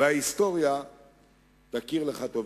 וההיסטוריה תכיר לך טובה.